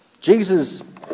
Jesus